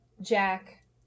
jack